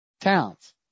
Towns